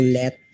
let